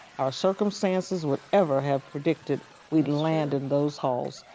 our circumstances would ever have predicted we'd land in those halls.